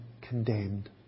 condemned